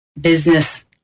business